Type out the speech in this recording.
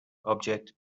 object